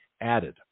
added